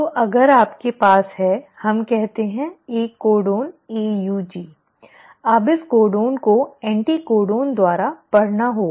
तो अगर आपके पास है हम कहते हैं एक कोडन AUG अब इस कोडन को एंटिकोडन द्वारा पढ़ना होगा